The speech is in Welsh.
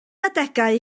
adegau